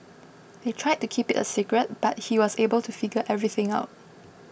they tried to keep it a secret but he was able to figure everything out